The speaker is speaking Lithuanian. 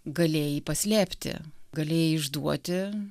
galėjai paslėpti galėjai išduoti